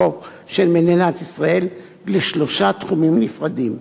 החוף של מדינת ישראל לשלושה תחומים נפרדים: